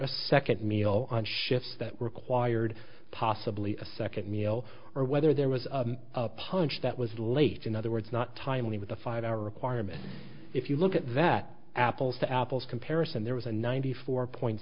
a second meal on shifts that required possibly a second meal or whether there was a punch that was late in other words not timely with a five hour requirement if you look at that apples to apples comparison there was a ninety four point